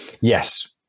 Yes